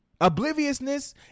Obliviousness